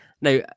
Now